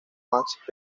max